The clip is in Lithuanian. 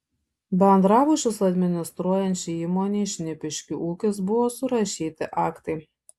bendrabučius administruojančiai įmonei šnipiškių ūkis buvo surašyti aktai